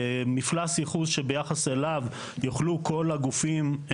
מפלס ייחוס שביחס אליו יוכלו כל הגופים,